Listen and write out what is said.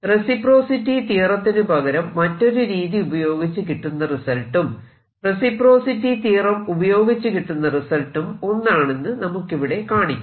reciprocity തിയറത്തിനുപകരം മറ്റൊരു രീതി ഉപയോഗിച്ച് കിട്ടുന്ന റിസൾട്ടും റെസിപ്രോസിറ്റി തിയറം ഉപയോഗിച്ചുകിട്ടുന്ന റിസൾട്ടും ഒന്നാണെന്ന് നമുക്ക് ഇവിടെ കാണിക്കാം